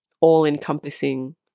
all-encompassing